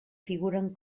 figuren